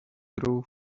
grow